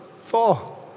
Four